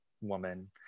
woman